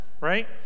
right